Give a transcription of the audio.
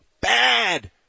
Bad